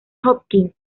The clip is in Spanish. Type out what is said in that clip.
hopkins